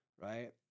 right